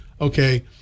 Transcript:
okay